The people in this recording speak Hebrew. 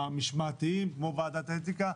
החוקים המשמעתיים שיש כמו ועדת האתיקה.